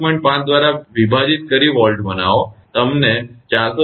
5 દ્વારા વિભાજિત કરી વોલ્ટમાં બનાવો તમને 402